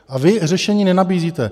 A vy řešení nenabízíte.